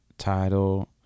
title